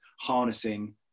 harnessing